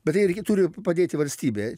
bet tai irgi turi padėti valstybė čia